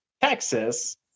texas